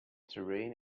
terrain